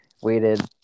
waited